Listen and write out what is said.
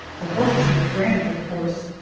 the horses were frantic, of course,